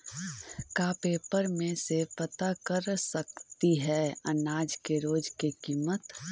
का पेपर में से पता कर सकती है अनाज के रोज के किमत?